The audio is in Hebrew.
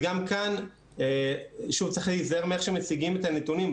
גם כאן צריך להיזהר מאיך שמציגים את הנתונים.